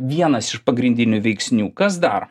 vienas iš pagrindinių veiksnių kas dar